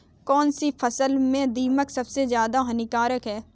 कौनसी फसल में दीमक सबसे ज्यादा हानिकारक है?